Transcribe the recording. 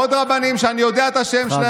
עוד רבנים שאני יודע את השם שלהם.